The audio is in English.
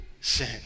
sin